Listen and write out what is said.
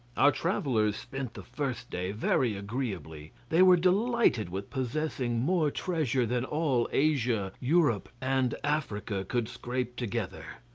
our travellers spent the first day very agreeably. they were delighted with possessing more treasure than all asia, europe, and africa could scrape together.